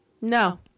no